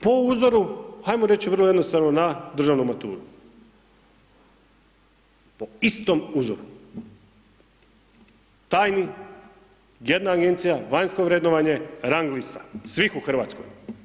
Po uzoru ajmo reč vrlo jednostavno na državnu maturu, po istom uzoru, tajni, jedna agencija, vanjsko vrednovanje, rang lista, svih u Hrvatskoj.